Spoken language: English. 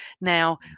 Now